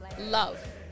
love